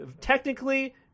technically